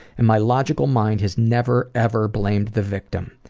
and my logical mind has never, ever blamed the victim.